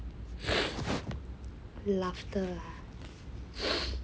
laughter